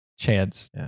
Chance